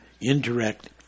indirect